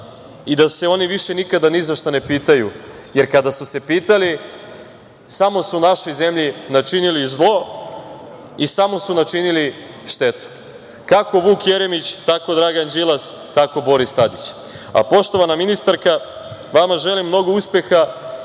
i da se oni više nikada ni za šta ne pitaju, jer kada su se pitali, samo su našoj zemlji načinili zlo i samo su načinili štetu, kako Vuk Jeremić, tako Dragan Đilas, tako Boris Tadić. Poštovana ministarka, vama želim puno uspeha